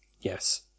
Yes